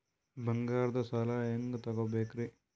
ಬಂಗಾರದ್ ಸಾಲ ಹೆಂಗ್ ತಗೊಬೇಕ್ರಿ?